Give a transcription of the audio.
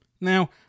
Now